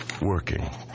working